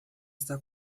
está